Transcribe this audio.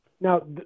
Now